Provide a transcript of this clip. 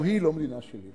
גם היא לא המדינה שלי.